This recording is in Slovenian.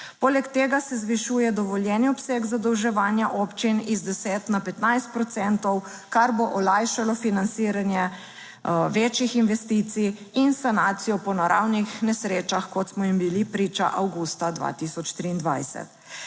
Poleg tega se zvišuje dovoljeni obseg zadolževanja občin iz 10 na 15 procentov, kar bo olajšalo financiranje večjih investicij in sanacijo po naravnih nesrečah, kot smo jim bili priča avgusta 2023.